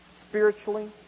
spiritually